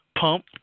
pump